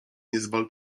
niezwal